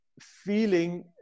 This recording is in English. feeling